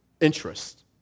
interest